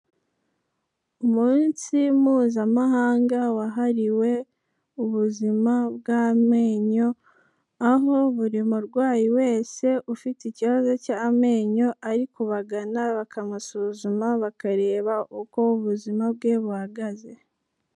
Umunsi mpuzamahanga wahariwe ubuzima bw'amenyo, aho buri murwayi wese ufite ikibazo cy'amenyo ari kubagana, bakamusuzuma bakareba uko ubuzima bwe buhagaze.